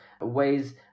ways